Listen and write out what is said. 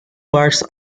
parts